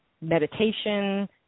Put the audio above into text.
meditation